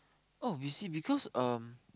oh you see because um